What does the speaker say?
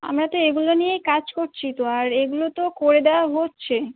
আমরা তো এগুলো নিয়ে কাজ করছি তো আর এগুলো তো করে দেওয়া হচ্ছে